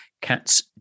Cats